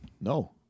No